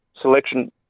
selection